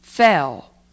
Fell